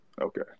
Okay